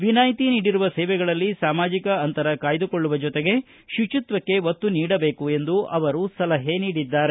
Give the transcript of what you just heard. ವಿನಾಯ್ತಿ ನೀಡಿರುವ ಸೇವೆಗಳಲ್ಲಿ ಸಾಮಾಜಿಕ ಅಂತರ ಕಾಯ್ದುಕೊಳ್ಳುವ ಜೊತೆಗೆ ಶುಚಿತ್ವಕ್ಕೆ ಒತ್ತು ನೀಡಬೇಕು ಎಂದು ಅವರು ಸಲಹೆ ನೀಡಿದ್ದಾರೆ